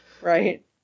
Right